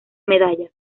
medallas